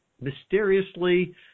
mysteriously